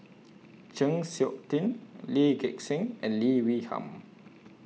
Chng Seok Tin Lee Gek Seng and Lee Wee Nam